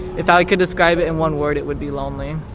if i could describe it in one word, it would be lonely.